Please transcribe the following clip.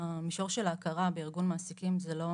המישור של ההכרה בארגון מעסיקים - זה לא